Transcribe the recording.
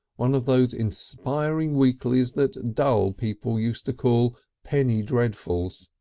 one of those inspiring weeklies that dull people used to call penny dreadfuls,